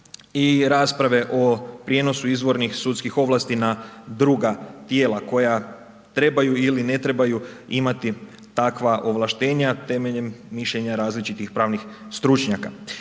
i rasprave o prijenosu izvornih sudskih ovlasti na druga tijela koja trebaju ili ne trebaju imati takva ovlaštenja temeljem mišljenja različitih pravnih stručnjaka.